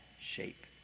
shape